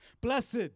Blessed